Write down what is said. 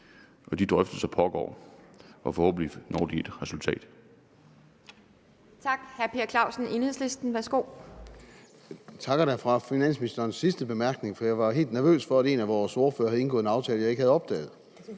De drøftelser pågår, og forhåbentlig nås der et resultat.